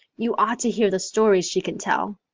you ought to hear the stories she can tell.